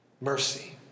Mercy